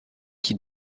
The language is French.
qui